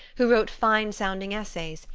who wrote fine-sounding essays,